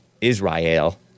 Israel